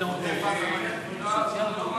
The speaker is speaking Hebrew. תודה רבה